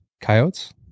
Coyotes